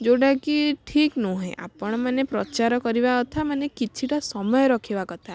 ଯେଉଁଟା କି ଠିକ୍ ନୁହେଁ ଆପଣ ମାନେ ପ୍ରଚାର କରିବା କଥା ମାନେ କିଛିଟା ସମୟ ରଖିବା କଥା